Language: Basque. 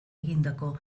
egindako